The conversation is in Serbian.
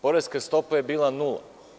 Poreska stopa je bila nula.